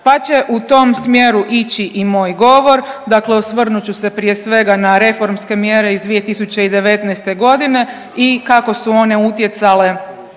pa će u tom smjeru ići i moj govor. Dakle, osvrnut ću se prije svega na reformske mjere iz 2019. godine i kako su one utjecale